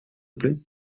plaît